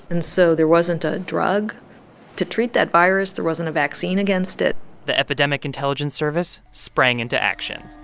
and so there wasn't a a drug to treat that virus. there wasn't a vaccine against it the epidemic intelligence service sprang into action.